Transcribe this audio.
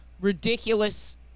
ridiculous